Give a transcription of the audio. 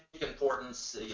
importance